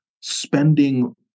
spending